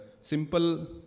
simple